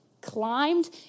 climbed